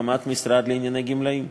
הקמת המשרד לענייני גמלאים,